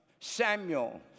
Samuel